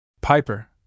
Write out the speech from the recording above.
Piper